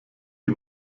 die